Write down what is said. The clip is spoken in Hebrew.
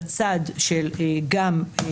בצד של הסתכלות,